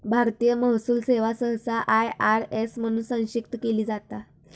भारतीय महसूल सेवा सहसा आय.आर.एस म्हणून संक्षिप्त केली जाता